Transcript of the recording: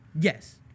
Yes